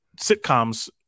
sitcoms